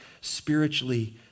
spiritually